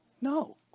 no